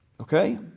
Okay